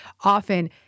often